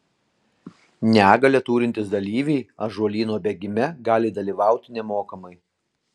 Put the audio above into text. negalią turintys dalyviai ąžuolyno bėgime gali dalyvauti nemokamai